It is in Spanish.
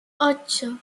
ocho